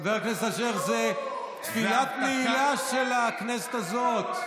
חבר הכנסת אשר, זאת תפילת נעילה של הכנסת הזאת.